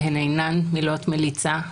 והן אינן מילות מליצה.